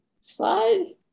slide